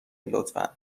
لطفا